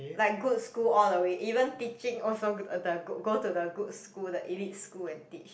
like good school all the way even teaching also good go to the good school the elite school and teach